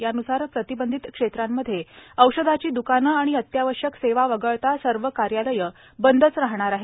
यान्सार प्रतिबंधित क्षेत्रांमध्ये औषधाची द्रकाने आणि अत्यावश्यक सेवा वगळता सर्व कार्यालये बंदच राहणार आहेत